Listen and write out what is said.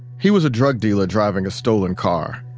he was a drug dealer driving a stolen car.